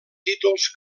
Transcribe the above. títols